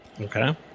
Okay